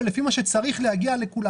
אלא לפי מה שצריך להגיע לכולם.